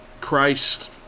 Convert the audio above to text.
Christ